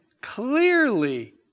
clearly